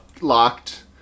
locked